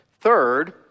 Third